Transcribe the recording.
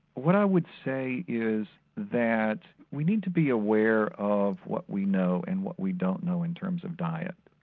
what i would say is that we need to be aware of what we know and what we don't know in terms of diet.